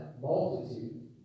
multitude